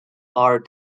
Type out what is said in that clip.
are